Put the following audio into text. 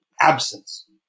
absence